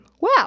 wow